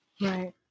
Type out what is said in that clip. Right